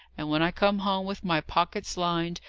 and when i come home with my pockets lined,